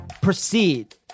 proceed